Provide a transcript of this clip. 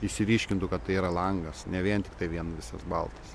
išsiryškintų kad tai yra langas ne vien tiktai vien visas baltas